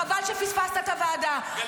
חבל שפספסת את הוועדה -- גלית,